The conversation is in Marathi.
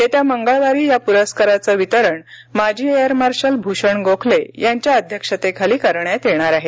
येत्या मंगळवारी या पुरस्काराचं वितरण माजी एअर मार्शल भूषण गोखले यांच्या अध्यक्षतेखाली करण्यात येणार आहे